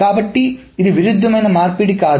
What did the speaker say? కాబట్టి ఇది విరుద్ధమైన మార్పిడి కాదు